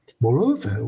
Moreover